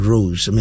Rose